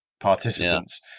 participants